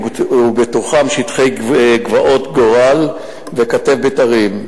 ובתוכן שטחי גבעות-גורל וכתף-בתרים,